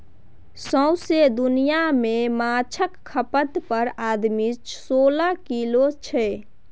सौंसे दुनियाँ मे माछक खपत पर आदमी सोलह किलो छै